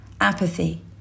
apathy